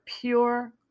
pure